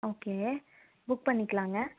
okay book பண்ணிக்கலாங்க